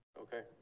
Okay